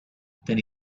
then